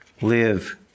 live